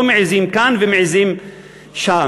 לא מעזים כאן, ומעזים שם.